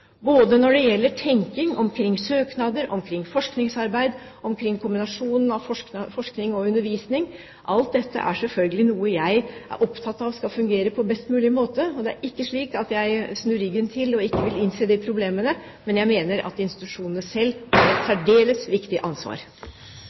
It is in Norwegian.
både når det gjelder tenkning omkring søknader, omkring forskningsarbeid og omkring kombinasjonen av forskning og undervisning. Alt dette er selvfølgelig noe jeg er opptatt av skal fungere på best mulig måte. Det er ikke slik at jeg snur ryggen til og ikke vil innse de problemene, men jeg mener at institusjonene selv har et